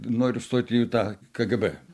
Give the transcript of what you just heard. noriu stot į jų tą kgb